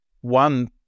one